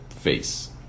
face